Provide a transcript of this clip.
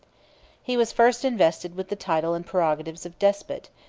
he was first invested with the title and prerogatives of despot,